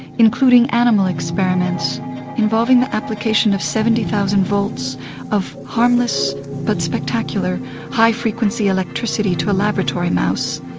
including animal experiments involving the application of seventy thousand volts of harmless but spectacular high frequency electricity to a laboratory mouse,